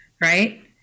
right